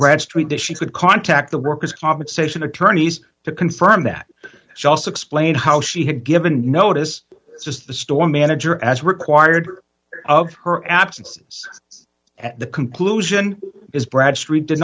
bradstreet that she could contact the workers compensation attorneys to confirm that she also explained how she had given notice just the store manager as required of her absences at the conclusion is bradstreet d